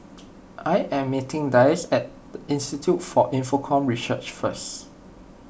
I am meeting Dayse at Institute for Infocomm Research first